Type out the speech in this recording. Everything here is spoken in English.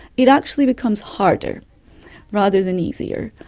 it actually becomes harder rather than easier.